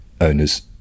owners